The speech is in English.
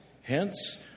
Hence